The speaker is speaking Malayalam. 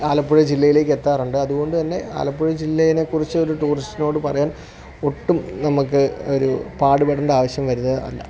ആലപ്പുഴ ജില്ലയിലേക്ക് എത്താറുണ്ട് അതുകൊണ്ട് തന്നെ ആലപ്പുഴ ജില്ലയെ കുറിച്ച് ഒരു ടൂറിസ്റ്റിനോട് പറയാൻ ഒട്ടും നമ്മൾക്ക് ഒരു പാടുപെടേണ്ട ആവശ്യം വരുന്ന അല്ല